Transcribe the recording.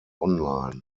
online